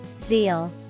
Zeal